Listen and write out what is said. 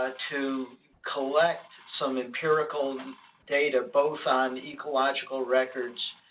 ah to collect some empirical and data, both on ecological records,